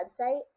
website